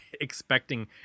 expecting